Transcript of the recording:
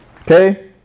Okay